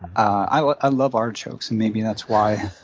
i like i love artichokes, and maybe that's why i